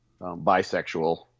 Bisexual